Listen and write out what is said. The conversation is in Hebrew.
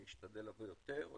אשתדל לבוא יותר.